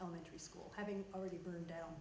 elementary school having already burned down